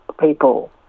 people